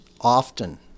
often